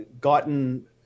gotten